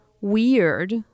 weird